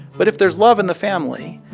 but if there's love in the family,